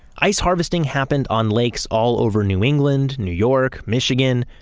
ice harvesting happened on lakes all over new england, new york, michigan.